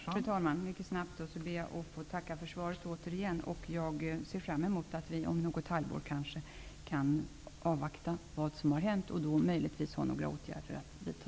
Fru talman! Jag ber att få tacka för svaret igen. Jag ser fram emot att vi om något halvår kanske kan se vad som har hänt och då möjligtvis har några åtgärder att vidta.